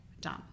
done